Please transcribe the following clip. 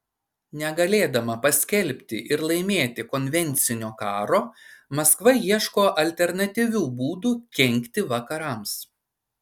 negalėdama paskelbti ir laimėti konvencinio karo maskva ieško alternatyvių būdų kenkti vakarams